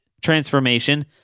Transformation